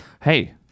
Hey